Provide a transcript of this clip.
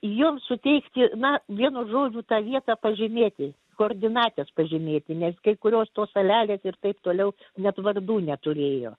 joms suteikti na vienu žodžiu tą vietą pažymėti koordinates pažymėti nes kai kurios tos salelės ir taip toliau net vardų neturėjo